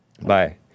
Bye